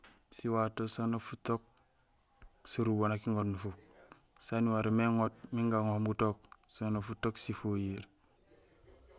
Siwato soni futook surubo nak iŋoot nufuk, saan iwaarmé iŋoot mi gaŋohoom gutook soni futook sifojiir.